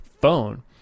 phone